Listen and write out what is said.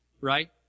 right